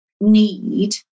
need